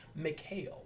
McHale